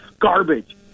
Garbage